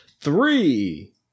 Three